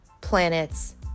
planets